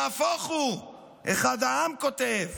אחד העם כותב: